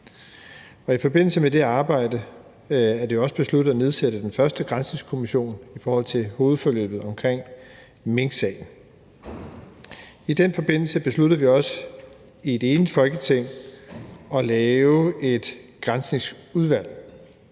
I forbindelse med det arbejde er det også besluttet at nedsætte den første granskningskommission i forhold til hovedforløbet omkring minksagen. I den forbindelse besluttede vi også i et enigt Folketing at lave et Granskningsudvalg,